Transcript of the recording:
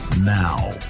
Now